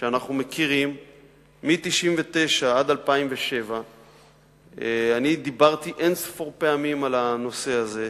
שאנחנו מכירים מ-1999 עד 2007. אני דיברתי אין-ספור פעמים על הנושא הזה.